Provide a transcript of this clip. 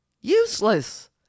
useless